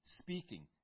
speaking